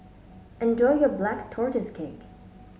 enjoy your Black Tortoise Cake